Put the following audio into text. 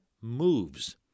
moves